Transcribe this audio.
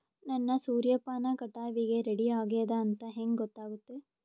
ನನ್ನ ಸೂರ್ಯಪಾನ ಕಟಾವಿಗೆ ರೆಡಿ ಆಗೇದ ಅಂತ ಹೆಂಗ ಗೊತ್ತಾಗುತ್ತೆ?